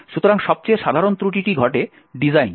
সুতরাং সবচেয়ে সাধারণ ত্রুটিটি ঘটে ডিজাইনে